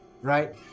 Right